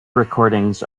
recordings